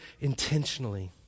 intentionally